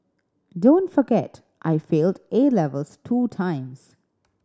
don't forget I failed A levels two times